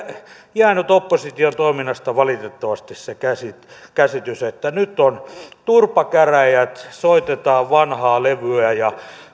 jäänyt opposition toiminnasta valitettavasti se käsitys että nyt on turpakäräjät soitetaan vanhaa levyä ja